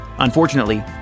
Unfortunately